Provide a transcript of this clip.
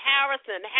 Harrison